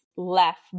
left